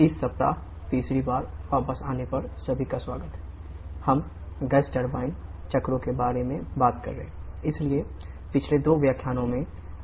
इस सप्ताह तीसरी बार वापस आने पर सभी का स्वागत है